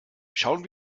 schauen